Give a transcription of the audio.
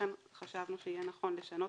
ולכן חשבנו שיהיה נכון לשנות,